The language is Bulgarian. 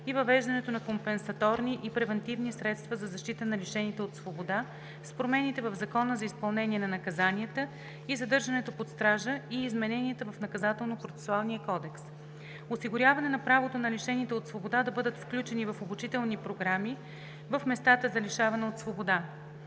и въвеждането на компенсаторни и превантивни средства за защита на лишените от свобода с промените в Закона за изпълнение на наказанията и задържането под стража и измененията в Наказателно-процесуалния кодекс; - осигуряване на правото на лишените от свобода да бъдат включени в обучителни програми в местата за лишаване от свобода;